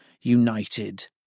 united